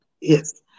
Yes